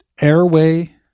airway